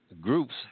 groups